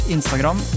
Instagram